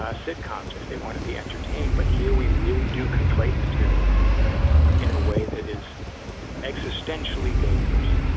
ah sitcoms if they want to be entertained. but here we really do conflate the two in a way that is existentially dangerous.